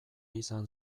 izan